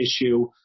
issue